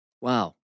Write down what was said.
Wow